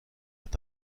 est